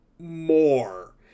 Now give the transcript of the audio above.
more